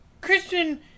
Christian